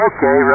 Okay